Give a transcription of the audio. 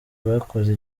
bakoze